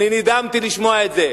אני נדהמתי לשמוע את זה.